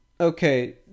okay